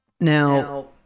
Now